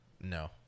No